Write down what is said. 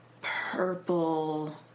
purple